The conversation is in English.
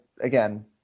again